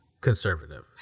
conservative